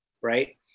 right